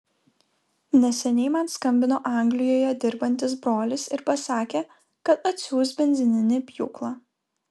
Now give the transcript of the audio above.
neseniai man skambino anglijoje dirbantis brolis ir pasakė kad atsiųs benzininį pjūklą